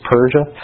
Persia